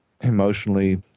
emotionally